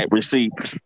receipts